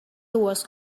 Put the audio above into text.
was